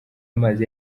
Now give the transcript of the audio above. amazi